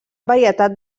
varietat